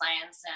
science